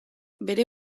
bere